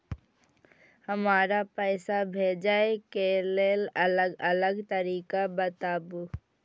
हमरा पैसा भेजै के लेल अलग अलग तरीका बताबु?